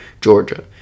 Georgia